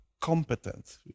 competent